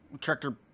Tractor